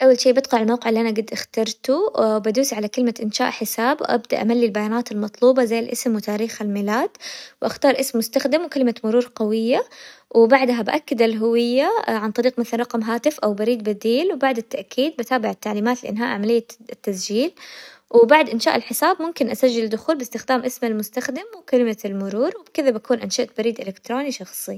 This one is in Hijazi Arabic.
اول شي بدخل الموقع اللي انا قد اخترته وبدوس على كلمة انشاء حساب، وابدأ املي البيانات المطلوبة زي الاسم وتاريخ الميلاد، واختار اسم مستخدم وكلمة مرور قوية، وبعدها باكد الهوية عن طريق مثل رقم هاتف او بريد بديلن وبعد التأكيد بتابع التعليمات لانهاء عملية التسجيل، وبعد انشاء الحساب ممكن اسجل دخول باستخدام اسم المستخدم وكلمة المرور، وبكذا بكون انشأت بريد الكتروني شخصي.